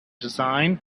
design